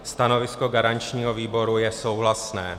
Stanovisko garančního výboru je souhlasné.